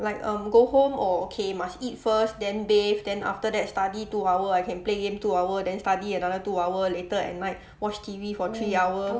like um go home oh okay must eat first then bathe then after that study two hour I can play game two hour then study another two hour later at night watch T_V for three hour